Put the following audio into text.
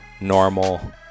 Normal